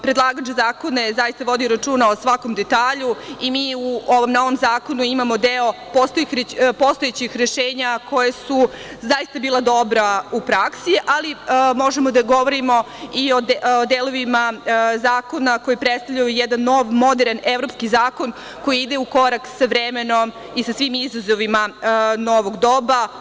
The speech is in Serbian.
Predlagač zakona je zaista vodio računa o svakom detalju i mi u ovom novom zakonu imamo deo postojećih rešenja koja su zaista bila dobra u praksi, ali možemo da govorimo i o delovima zakona koji predstavljaju jedan nov moderan evropski zakon koji ide u korak sa vremenom i sa svim izazovima novog doba.